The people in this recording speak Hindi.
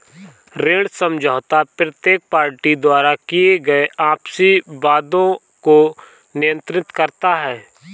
ऋण समझौता प्रत्येक पार्टी द्वारा किए गए आपसी वादों को नियंत्रित करता है